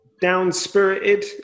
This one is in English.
down-spirited